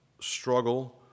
struggle